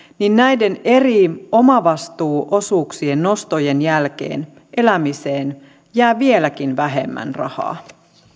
niin näiden eri omavastuuosuuksien nostojen jälkeen elämiseen jää vieläkin vähemmän rahaa